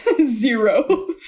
Zero